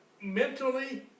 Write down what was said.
mentally